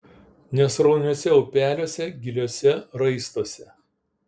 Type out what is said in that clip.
nesrauniuose upeliuose giliuose raistuose